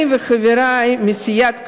אני וחברי מסיעת קדימה,